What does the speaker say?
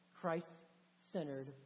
Christ-centered